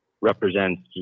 represents